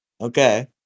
Okay